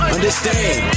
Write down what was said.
Understand